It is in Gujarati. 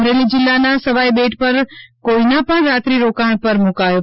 અમરેલી જિલ્લાના સવાઇબેટ પર કોઇના પણ રાત્રિ રોકાણ પર મૂકાયો